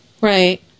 Right